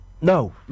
No